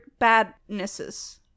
badnesses